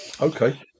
Okay